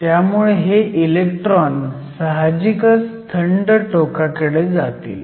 त्यामुळे हे इलेक्ट्रॉन साहजिकच थंड टोकाकडे जातील